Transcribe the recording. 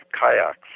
kayaks